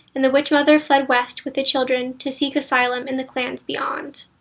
and. the witchmother fled west with the children to seek asylum in the clans beyond.